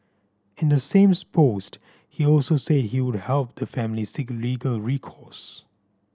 in the same post he also said he would help the family seek legal recourse